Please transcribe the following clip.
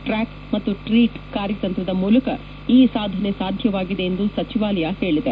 track ಹಾಗೂ treat ಕಾರ್ಯತಂತ್ರದ ಮೂಲಕ ಈ ಸಾಧನೆ ಸಾಧ್ಯವಾಗಿದೆ ಎಂದು ಸಚಿವಾಲಯ ಹೇಳಿದೆ